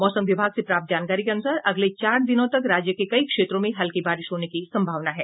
मौसम विभाग से प्राप्त जानकारी के अनुसार अगले चार दिनों तक राज्य के कई क्षेत्रों में हल्की बारिश होने की संभावना है